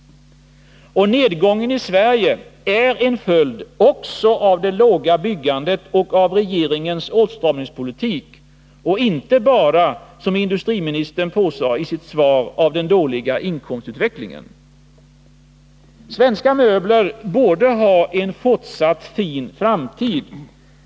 Nedgången i Sverige är en följd också av det låga byggandet och av regeringens åtstramningspolitik och inte bara, som industriministern påstår i sitt svar, av den dåliga inkomstutvecklingen. Svenska möbler borde ha en fortsatt fin framtid.